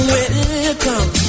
Welcome